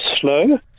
slow